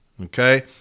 Okay